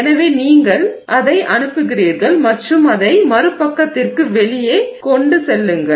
எனவே நீங்கள் அதை அனுப்புகிறீர்கள் மற்றும் அதை மறுபக்கத்திற்கு வெளியே கொண்டு செல்லுங்கள்